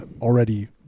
already